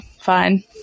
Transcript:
fine